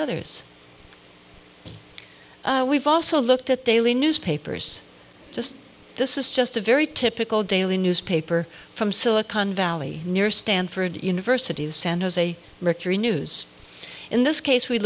others we've also looked at daily newspapers just this is just a very typical daily newspaper from silicon valley near stanford university's san jose mercury news in this case we